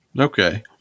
Okay